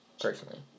Personally